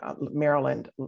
Maryland